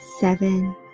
seven